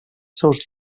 seus